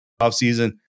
offseason